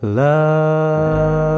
love